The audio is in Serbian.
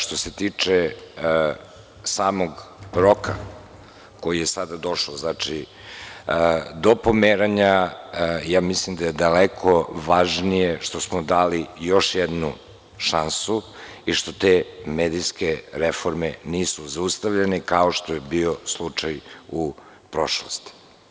Što se tiče samog roka koji je sada došao, do pomeranja mislim da je daleko važnije što smo dali još jednu šansu i što te medijske reforme nisu zaustavljene kao što je bio slučaj u prošlosti.